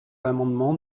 l’amendement